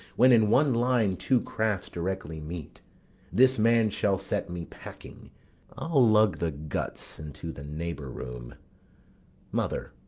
when in one line two crafts directly meet this man shall set me packing i'll lug the guts into the neighbour room mother,